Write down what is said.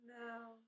No